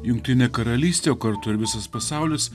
jungtinė karalystė o kartu ir visas pasaulis